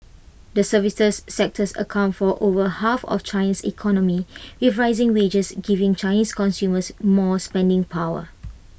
the services sector accounts for over half of China's economy if with rising wages giving Chinese consumers more spending power